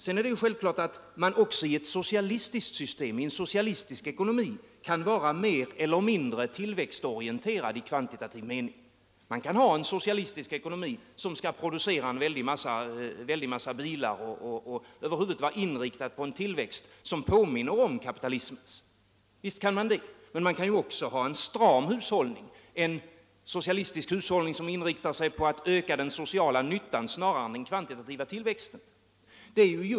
Det är självklart att man också i ett socialistiskt system, en socialistisk ekonomi, kan vara mer eller mindre tillväxtorienterad. Man kan ha en socialistisk ekonomi som producerar en väldig mängd bilar och som över huvud är inriktad på en tillväxt som påminner om kapitalismens. Men man kan också ha en stram hushållning, som är mer inriktad på att öka den sociala nyttan snarare än den kvantitativa tillväxten.